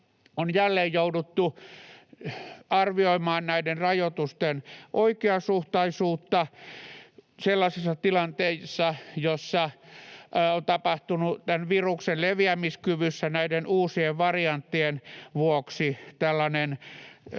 on jälleen jouduttu arvioimaan näiden rajoitusten oikeasuhtaisuutta sellaisissa tilanteissa, joissa on tapahtunut tämän viruksen leviämiskyvyssä näiden uusien varianttien vuoksi tällainen